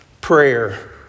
Prayer